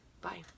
Bye